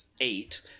eight